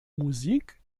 musik